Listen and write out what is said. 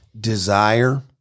Desire